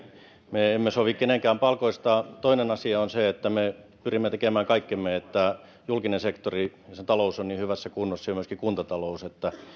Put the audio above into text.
me emme sovi kenenkään palkoista toinen asia on se että me pyrimme tekemään kaikkemme että julkinen sektori ja sen talous on niin hyvässä kunnossa ja myöskin kuntata lous että